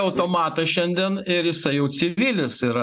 automatą šiandien ir jisai jau civilis yra